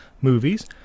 movies